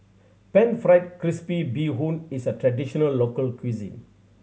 Pan Fried Crispy Bee Hoon is a traditional local cuisine